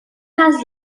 has